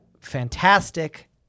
fantastic